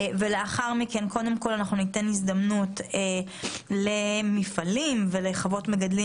לאחר מכן ניתן הזדמנות למפעלים ולחוות מגדלים,